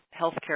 healthcare